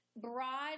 broad